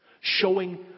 showing